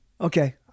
Okay